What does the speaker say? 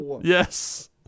Yes